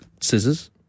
Scissors